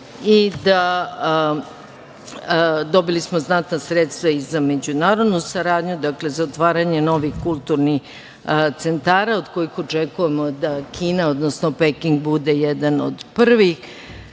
godinu. Dobili smo znatna sredstva i za međunarodnu saradnju, dakle za otvaranje novih kulturnih centara od kojih očekujemo da Kina, odnosno Peking bude jedan od prvih